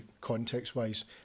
context-wise